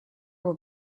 will